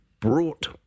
brought